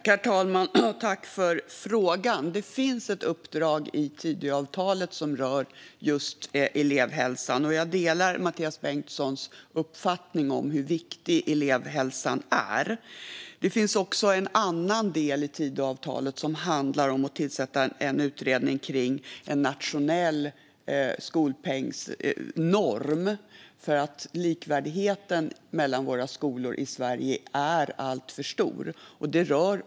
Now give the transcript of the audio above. Herr talman! Tack, ledamoten, för frågan! Det finns ett uppdrag i Tidöavtalet som rör just elevhälsan, och jag delar Mathias Bengtssons uppfattning om hur viktig elevhälsan är. Det finns också en annan del i Tidöavtalet som handlar om att tillsätta en utredning om en nationell skolpengsnorm. Likvärdigheten mellan våra skolor i Sverige lämnar mycket övrigt att önska.